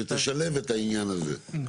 שתשלב את העניין הזה.